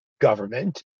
government